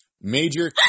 Major